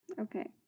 okay